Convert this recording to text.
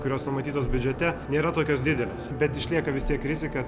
kurios numatytos biudžete nėra tokios didelės bet išlieka vis tiek rizika